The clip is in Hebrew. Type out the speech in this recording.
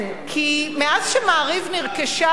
כי מאז נרכש "מעריב" הציטוט הזה נכון?